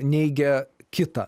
neigia kitą